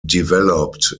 developed